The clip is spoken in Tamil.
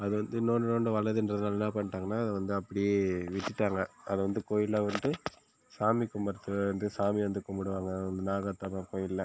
அது வந்து இன்னும் இன்னும் வளருதேனுன்றதுனால என்ன பண்ணிட்டாங்கனா அதை வந்து அப்படியே விட்டுட்டாங்க அதை வந்து கோவில்ல வந்து சாமி கும்பிடுறதுக்கு இருந்து சாமியாக வந்து கும்பிடுவாங்க நாகாத்தம்மன் கோவில்ல